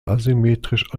asymmetrisch